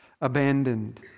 abandoned